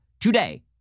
today